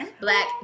black